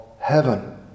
heaven